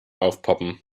aufpoppen